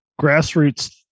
grassroots